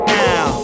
now